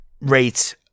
rates